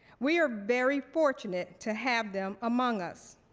we are very fortunate to have them among us.